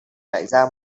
trinh